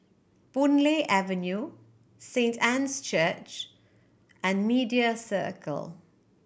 Boon Lay Avenue Saint Anne's Church and Media Circle